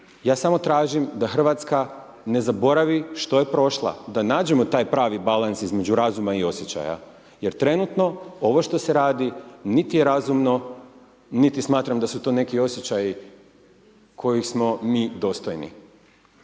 ja samo tražim da Hrvatska ne zaboravi što je prošla, da nađemo taj pravi balans između razuma i osjećaja jer trenutno ovo što se radi niti je razumno niti smatram da su to neki osjećaji kojih smo mi dostojni.